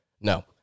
no